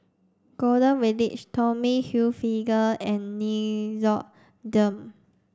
Golden Village Tommy Hilfiger and Nixoderm